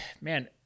man